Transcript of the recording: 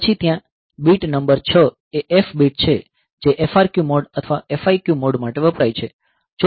પછી ત્યાં bit number 6 એ F બીટ છે જે FRQ મોડ અથવા FIQ માટે વપરાય છે